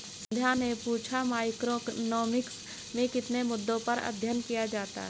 संध्या ने पूछा कि मैक्रोइकॉनॉमिक्स में किन मुद्दों पर अध्ययन किया जाता है